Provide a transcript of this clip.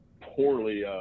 poorly